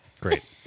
Great